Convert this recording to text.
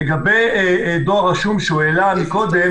לגבי דואר רשום שהוא העלה קודם,